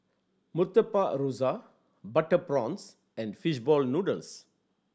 Murtabak Rusa butter prawns and fish ball noodles